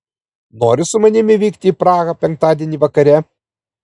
nori su manimi vykti į prahą penktadienį vakare